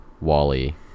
Wally